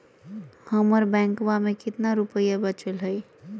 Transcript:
हमर बैंकवा में कितना रूपयवा बचल हई?